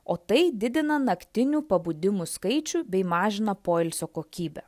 o tai didina naktinių pabudimų skaičių bei mažina poilsio kokybę